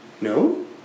No